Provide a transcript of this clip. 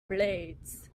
blades